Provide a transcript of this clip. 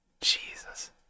Jesus